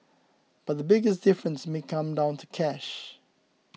but the biggest difference may come down to cash